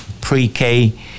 pre-K